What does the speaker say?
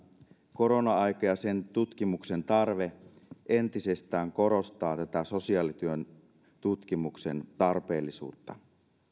korona aika ja sen tutkimuksen tarve entisestään korostaa sosiaalityön tutkimuksen tarpeellisuutta